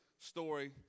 story